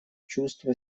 чувство